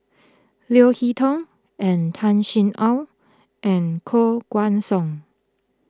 Leo Hee Tong and Tan Sin Aun and Koh Guan Song